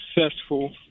successful